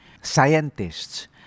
scientists